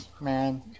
man